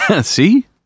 See